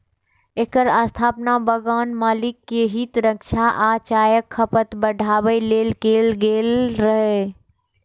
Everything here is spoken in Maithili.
एकर स्थापना बगान मालिक के हित रक्षा आ चायक खपत बढ़ाबै लेल कैल गेल रहै